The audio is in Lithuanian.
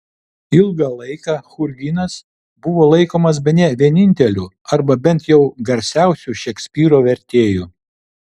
ilgą laiką churginas buvo laikomas bene vieninteliu arba bent jau garsiausiu šekspyro vertėju